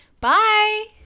bye